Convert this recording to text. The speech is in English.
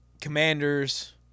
Commanders